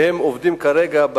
והם עובדים כרגע,